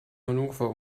hannover